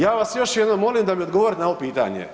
Ja vas još jednom molim da mi odgovorite na ovo pitanje.